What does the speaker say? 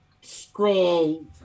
scroll